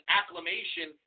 acclamation